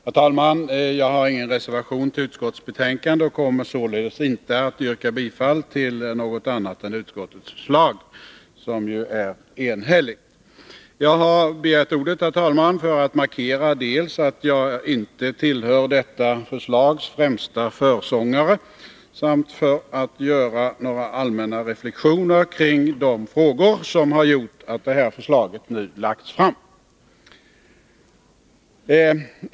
Herr talman! Jag har ingen reservation till utskottets betänkande och kommer således inte att yrka bifall till något annat än utskottets förslag, som ju är enhälligt. Jag har begärt ordet, herr talman, dels för att markera att jag inte tillhör detta förslags främsta försångare, dels för att göra några allmänna reflexioner kring de frågor som har gjort att det här förslaget nu har lagts fram.